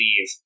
leave